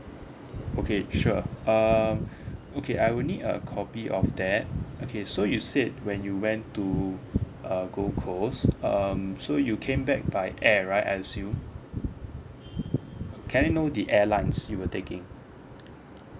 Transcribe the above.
okay sure um okay I will need a copy of that okay so you said when you went to err gold coast um so you came back by air right as you can I know the airlines you were taking